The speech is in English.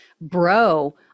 bro